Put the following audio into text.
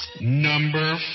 Number